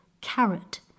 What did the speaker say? carrot